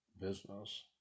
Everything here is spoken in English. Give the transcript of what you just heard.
business